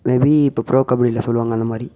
may be இப்போ pro கபடியில் சொல்லுவாங்கள்ல அந்த மாதிரி